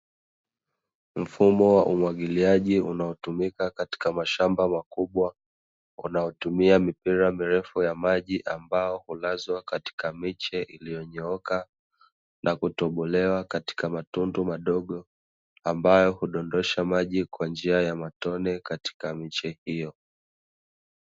Mfumo wa umwagiliaji unaotumika katika mashamba makubwa unaotumia mipira mirefu ya maji, ambayo hulazwa katika miche iliyonyooka na kutobolewa katika matundu madogo, ambayo hudondosha maji kwa njia ya matone katika miche hiyo.